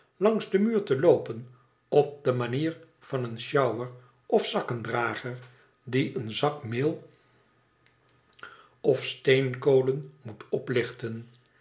langs den muur te loopen op de manier van een sjouwer of zakkendrager die een zaak meel of steenkolen moet oplichten